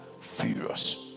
furious